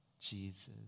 Jesus